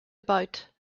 about